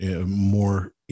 more